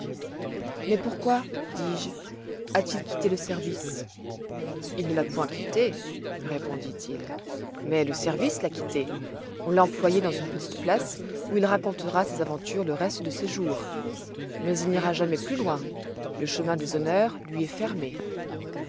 mais pourquoi dis-je a-t-il quitté le service il ne l'a point quitté me répondit-il mais le service l'a quitté on l'a employé dans une petite place où il racontera le reste de ses jours mais il n'ira jamais plus loin le chemin des honneurs lui est fermé